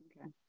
Okay